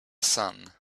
sun